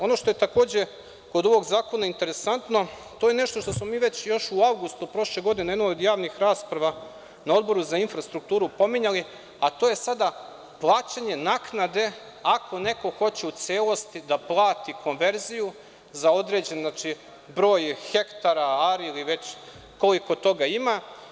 Ono što je takođe kod ovog zakona interesantno, to je nešto što smo mi još u avgustu prošle godine na jednoj od javnih rasprava na Odboru za infrastrukturu pominjali, a to je sada plaćanje naknade, ako neko hoće u celosti da plati konverziju, za određen broj hektara, ari ili već koliko toga ima.